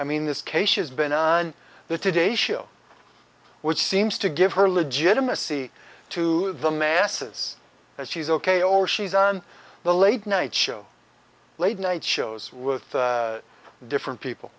i mean this case has been on the today show which seems to give her legitimacy to the masses that she's ok or she's on the late night show late night shows with different people